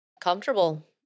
comfortable